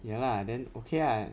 ya lah then okay lah